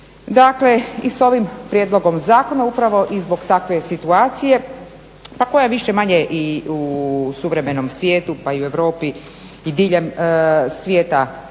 Dakle, i s ovim prijedlogom zakona upravo i zbog takve situacije pa koja je više-manje i u suvremenom svijetu, pa i u Europi diljem svijeta